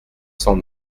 cent